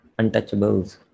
untouchables